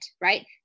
right